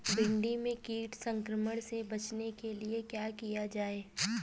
भिंडी में कीट संक्रमण से बचाने के लिए क्या किया जाए?